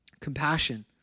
compassion